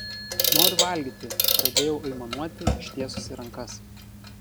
noriu valgyti pradėjau aimanuoti ištiesusi rankas